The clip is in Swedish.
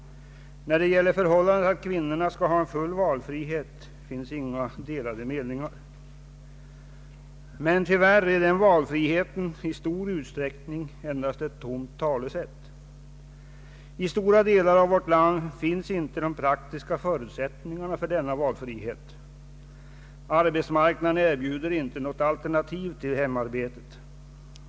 När det gäller förhållandet att kvinnorna skall ha full valfrihet råder inga delade meningar. Men tyvärr är denna valfrihet i stor utsträckning endast ett tomt talesätt. I stora delar av vårt land finns inte de praktiska förutsättningarna för denna valfrihet. Arbetsmarknaden erbjuder inte något alternativ till hemarbetet.